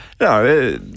No